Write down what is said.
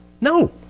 No